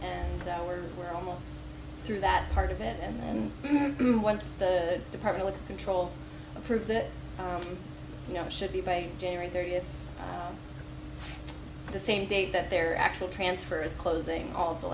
and we're we're almost through that part of it and then once the department of control approves it you know it should be paid january thirtieth the same date that their actual transfer is closing all the